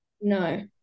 no